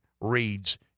reads